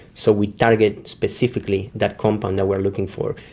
so we target specifically that compound that we are looking for.